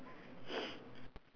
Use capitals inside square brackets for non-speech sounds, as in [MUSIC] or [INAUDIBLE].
[NOISE]